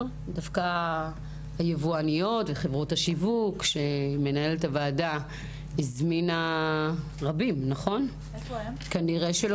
דווקא היבואנים וחברות השיווק שמנהלת הוועדה הזמינה רבים מהם כנראה,